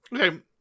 Okay